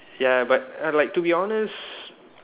ya but err like to be honest